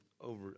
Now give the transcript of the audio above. over